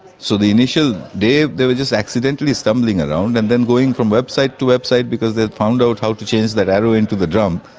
so the initial day they were just accidentally stumbling around, and then going from a website to website because they found out how to change that arrow into the drum.